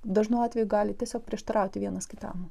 dažnu atveju gali tiesiog prieštarauti vienas kitam